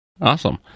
Awesome